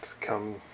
come